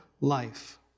life